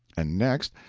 and next,